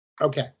Okay